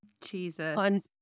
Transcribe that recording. Jesus